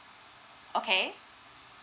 okay